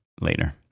later